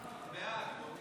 ההצעה להעביר את